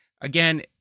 again